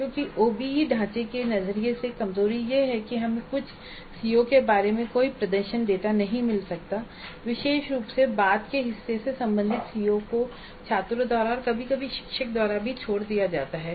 क्योंकि ओबीई ढांचे के नजरिए से कमजोरी यह है कि हमें कुछ सीओ के बारे में कोई प्रदर्शन डेटा नहीं मिल सकता है विशेष रूप से बाद के हिस्से से संबंधित सीओ को छात्रों द्वारा और कभी कभी शिक्षक द्वारा भी छोड़ दिया जा सकता है